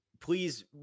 please